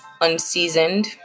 unseasoned